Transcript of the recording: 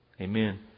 Amen